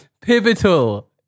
pivotal